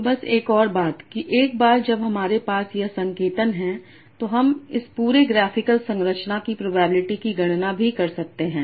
तो बस एक और बात कि एक बार जब हमारे पास यह संकेतन है तो हम इस पूरे ग्राफिकल संरचना की प्रोबेबिलिटी की गणना भी कर सकते हैं